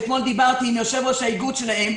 אתמול דיברתי עם יושב-ראש האיגוד שלהם,